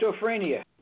schizophrenia